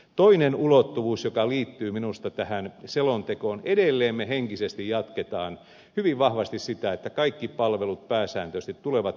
toinen ulottuvuus joka liittyy minusta tähän selontekoon on se että edelleen me henkisesti jatkamme hyvin vahvasti sitä että kaikki palvelut pääsääntöisesti tulevat julkisina palveluina